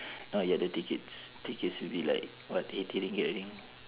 not yet the tickets tickets will be like what eighty ringgit I think